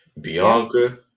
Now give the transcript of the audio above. Bianca